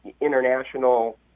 international